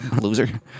Loser